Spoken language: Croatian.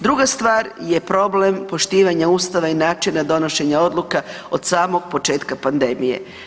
Druga stvar je problem poštivanja Ustava i načina donošenja odluka od samog početka pandemije.